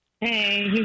Hey